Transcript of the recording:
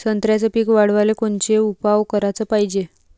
संत्र्याचं पीक वाढवाले कोनचे उपाव कराच पायजे?